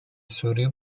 سوری